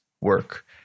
work